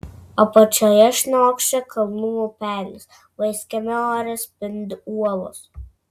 apačioje šniokščia kalnų upelis vaiskiame ore spindi uolos